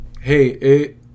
Hey